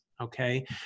Okay